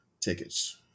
tickets